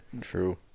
true